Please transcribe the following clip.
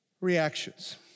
reactions